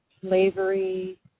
slavery